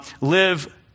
live